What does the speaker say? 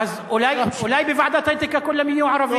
אה, אז אולי בוועדת האתיקה כולם יהיו ערבים?